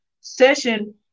session